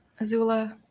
azula